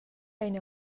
ein